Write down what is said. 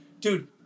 dude